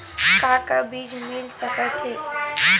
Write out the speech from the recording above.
का का बीज मिल सकत हे?